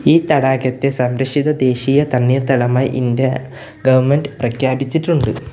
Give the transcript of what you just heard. ഈ തടാകത്തെ സംരക്ഷിത ദേശീയ തണ്ണീർത്തടമായി ഇൻഡ്യാ ഗവൺമെൻറ്റ് പ്രഖ്യാപിച്ചിട്ടുണ്ട്